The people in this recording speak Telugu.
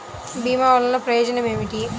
భీమ వల్లన ప్రయోజనం ఏమిటి?